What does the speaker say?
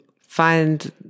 find